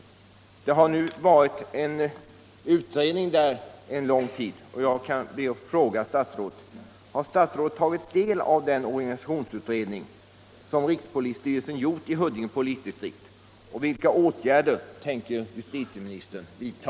Under lång tid har en utredning pågått beträffande detta spörsmål, och jag skall be att få fråga statsrådet: Har statsrådet tagit del av den organisationsutredning som rikspolisstyrelsen har gjort rörande Huddinge polisdistrikt och vilka åtgärder tänker justitieministern vidta?